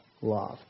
love